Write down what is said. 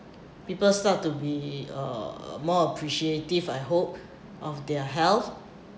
people start to be uh more appreciative I hope of their health